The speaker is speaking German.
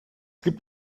gibt